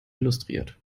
illustriert